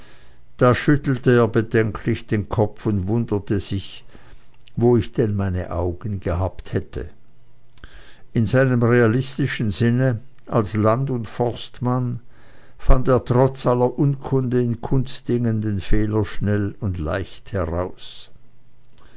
da schüttelte er bedenklich den kopf und wunderte sich wo ich denn meine augen gehabt hätte in seinem realistischen sinne als land und forstmann fand er trotz aller unkunde in kunstdingen den fehler schnell und leicht heraus